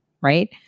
right